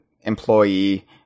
employee